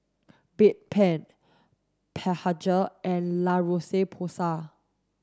Bedpan Blephagel and La Roche Porsay